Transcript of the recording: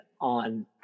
on